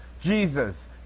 Jesus